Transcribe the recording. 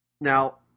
Now